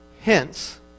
Hence